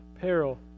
peril